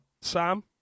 Sam